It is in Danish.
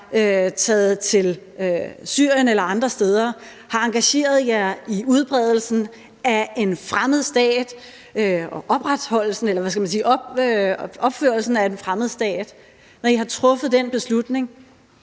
taget til Syrien eller andre steder og har engageret jer i opbygningen af en fremmed stat, når I har truffet den beslutning